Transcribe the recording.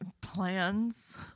Plans